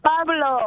Pablo